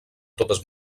totes